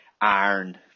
iron